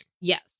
Yes